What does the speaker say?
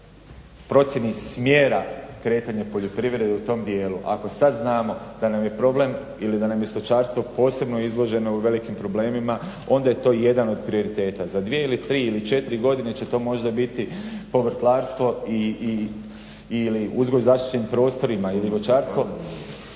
o procijeni smjera kretanja poljoprivrede u tom dijelu, ako sad znamo da nam je problem ili da nam je stočarstvo posebno izloženo u velikim problemima onda je to jedan od prioriteta. Za 2, ili 3, ili 4 godine će to možda biti povrtlarstvo ili uzgoj zaštićenim prostorima, ili voćarstvo.